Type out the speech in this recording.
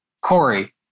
Corey